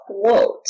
quote